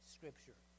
Scripture